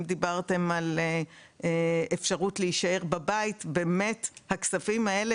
אם דיברתם על אפשרות להישאר בבית הכספים האלה